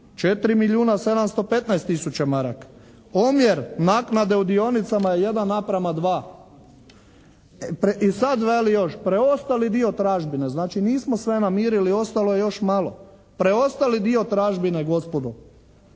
4 milijuna 715 tisuća maraka. Omjer naknade u dionicama je 1 naprama 2. I sad veli još preostali dio tražbina, znači nismo sve namirili ostalo je još malo. Preostali dio tražbine gospodo